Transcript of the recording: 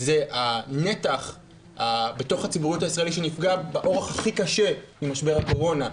זה הנתח בתוך הציבוריות הישראלית שנפגע באורח הכי קשה ממשבר הקורונה.